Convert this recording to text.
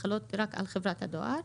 שחלות רק על חברת הדואר.